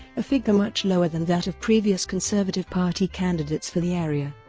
a figure much lower than that of previous conservative party candidates for the area.